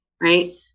right